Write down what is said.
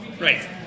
Right